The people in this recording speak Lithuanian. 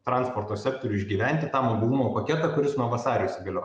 transporto sektoriui išgyventi tą mobilumo paketą kuris nuo vasario įsigaliojo